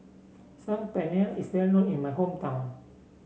Saag Paneer is well known in my hometown